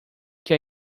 que